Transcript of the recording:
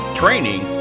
training